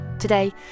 Today